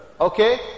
Okay